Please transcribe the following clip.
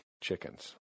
chickens